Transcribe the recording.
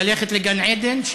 ללכת לגן-עדן,